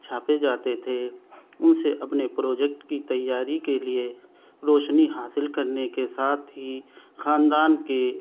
چھاپے جاتے تھے ان سے اپنے پروجیکٹ کی تیاری کے لیے روشنی حاصل کرنے کے ساتھ ہی خاندان کے